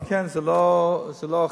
כן, זה לא אחיד.